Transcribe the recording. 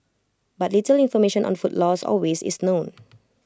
but little information on food loss or waste is known